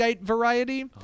variety